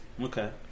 Okay